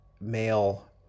male